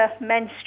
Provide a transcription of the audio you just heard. menstruation